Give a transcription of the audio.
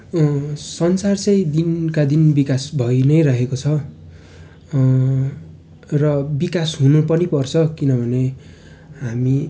संसार चाहिँ दिनका दिन विकास भई नै रहेको छ र विकास हुन पनि पर्छ किनभने हामी